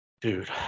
Dude